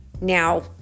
now